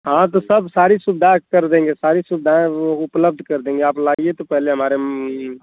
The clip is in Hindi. हाँ तो सब सारी सुविधाएँ कर देंगे सारी सुविधाएँ वो उपलब्ध कर देंगे आप लाइये तो पहले हमारे